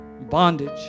bondage